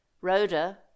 rhoda